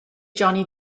johnny